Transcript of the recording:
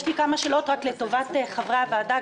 יש לי כמה שאלות לטובת חברי הוועדה,